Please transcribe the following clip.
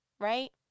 Right